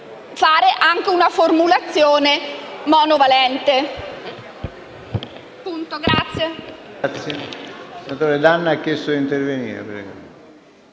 fare anche una formulazione monovalente.